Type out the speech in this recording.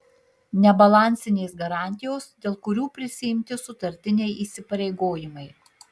nebalansinės garantijos dėl kurių prisiimti sutartiniai įsipareigojimai